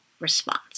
response